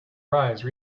rise